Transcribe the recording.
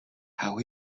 how